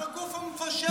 איך הגוף המפשל עדיין מנהל?